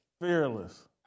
Fearless